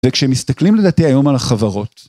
וכשמסתכלים לדעתי היום על החברות.